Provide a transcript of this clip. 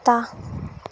कुत्ता